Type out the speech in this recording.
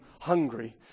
hungry